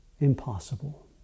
impossible